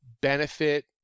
benefit